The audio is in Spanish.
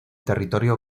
territorio